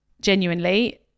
genuinely